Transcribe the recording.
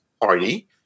party